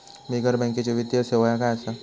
बिगर बँकेची वित्तीय सेवा ह्या काय असा?